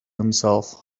himself